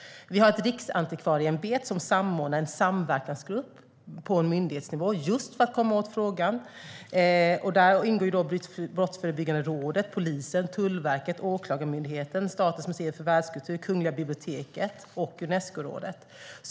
Vi har Riksantikvarieämbetet, som samordnar en samverkansgrupp på myndighetsnivå just för komma åt frågan. Där ingår Brottsförebyggande rådet, polisen, Tullverket, Åklagarmyndigheten, Statens museer för världskultur, Kungliga biblioteket och Unescorådet.